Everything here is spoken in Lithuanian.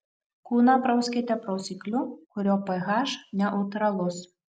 kūną prauskite prausikliu kurio ph neutralus